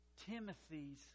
Timothy's